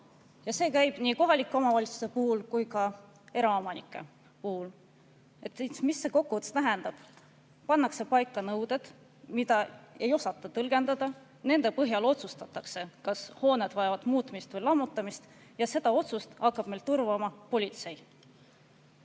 See käib nii kohalike omavalitsuste puhul kui ka eraomanike kohta. Mida see kokkuvõttes tähendab? Pannakse paika nõuded, mida ei osata tõlgendada, ja nende põhjal otsustatakse, kas hooned vajavad muutmist või lammutamist, ja selle otsuse [täitmist] hakkab meil turvama politsei. Väga